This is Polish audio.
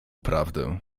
prawdę